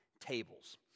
Tables